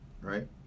right